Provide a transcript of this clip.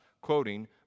quoting